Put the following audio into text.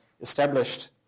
established